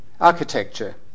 architecture